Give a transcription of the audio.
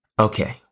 Okay